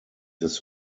des